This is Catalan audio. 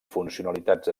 funcionalitats